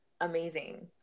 amazing